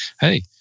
hey